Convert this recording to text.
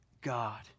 God